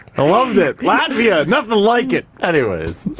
i loved it. latvia, nothing like it. anyways,